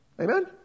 Amen